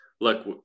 look